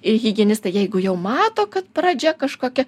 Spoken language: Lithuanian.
ir higienistai jeigu jau mato kad pradžia kažkokia